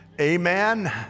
Amen